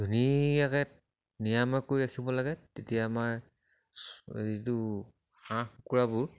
ধুনীয়াকৈ নিৰাময় কৰি ৰাখিব লাগে তেতিয়া আমাৰ যিটো হাঁহ কুকুৰাবোৰ